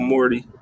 Morty